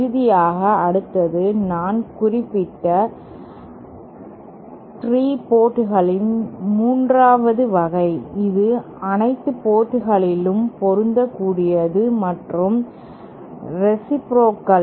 இறுதியாக அடுத்தது நான் குறிப்பிட்ட 3 போர்ட்களின் 3 வது வகை இது அனைத்து போர்ட்களிலும் பொருந்தக்கூடியது மற்றும் ரேசிப்ரோகல்